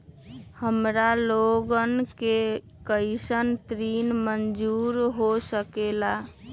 हमार लोगन के कइसन ऋण मंजूर हो सकेला?